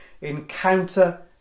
Encounter